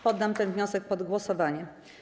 Poddam ten wniosek pod głosowanie.